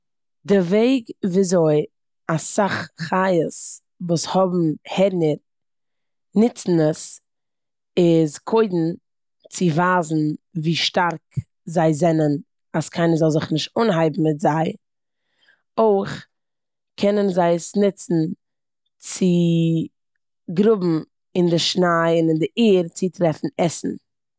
די וועג וויאזוי אסאך חיות וואס האבן הערנער נוצן עס איז קודם צו ווייזן ווי שטארק זיי זענען אז קיינער זאל זיך נישט אנהייבן מיט זיי. אויך קענען זיי עס נוצן צו גראבן אין די שניי און אין די ערד צו טרעפן עסן.